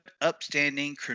upstanding